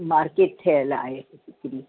market ठहियलु आहे हिकिड़ी